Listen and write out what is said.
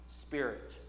spirit